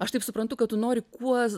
aš taip suprantu kad tu nori kuo